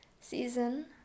season